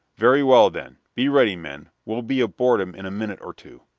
very well, then, be ready, men we'll be aboard em in a minute or two.